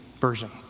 version